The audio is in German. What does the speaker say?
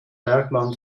bergmann